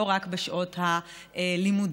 לא רק בשעות הלימודים.